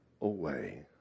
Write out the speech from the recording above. away